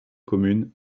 commune